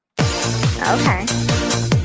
okay